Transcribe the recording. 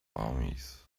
armies